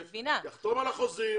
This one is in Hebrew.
יחתום על החוזים,